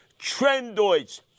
Trendoids